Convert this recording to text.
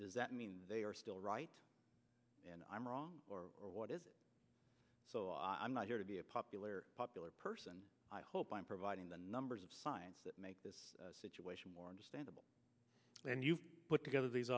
does that mean they are still right and i'm wrong or what is so i'm not here to be a popular popular person i hope i'm providing the numbers of science that make this situation more understandable when you put together these